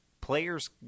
Players